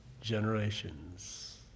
generations